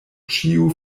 ĉiu